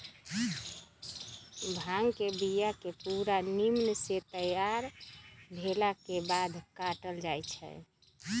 भांग के बिया के पूरा निम्मन से तैयार भेलाके बाद काटल जाइ छै